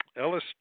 Ellis